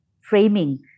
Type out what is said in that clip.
framing